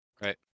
Right